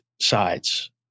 sides